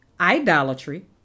idolatry